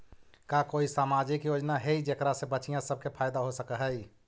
का कोई सामाजिक योजना हई जेकरा से बच्चियाँ सब के फायदा हो सक हई?